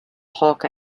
hawker